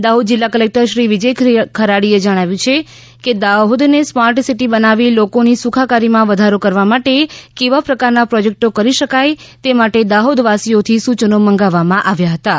દાહોદ જિલ્લા કલેક્ટર શ્રી વિજય ખરાડીએ જણાવ્યું છે કે દાહોદને સ્માર્ટ સિટી બનાવી લોકોની સુખાકારીમાં વધારો કરવા માટે કેવા પ્રકારના પ્રોજેક્ટો કરી શકાય તે માટે દાહોદવાસીઓથી સૂચનો મંગાવવામાં આવ્યા હતાં